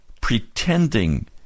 pretending